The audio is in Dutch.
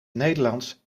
nederlands